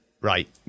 right